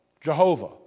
Jehovah